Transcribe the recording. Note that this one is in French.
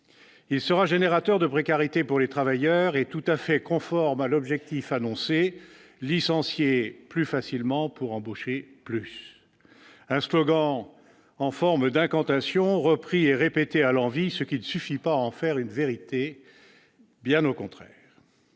Il sera générateur de précarité pour les travailleurs et tout à fait conforme à l'objectif annoncé : licencier plus facilement pour embaucher plus- un slogan en forme d'incantation repris et répété à l'envi, ce qui ne suffit pas à en faire une vérité, bien au contraire.